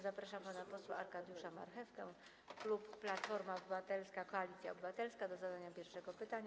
Zapraszam pana posła Arkadiusza Marchewkę, klub Platforma Obywatelska - Koalicja Obywatelska, do zadania pierwszego pytania.